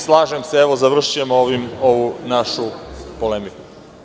Slažem se, završavam ovu našu polemiku.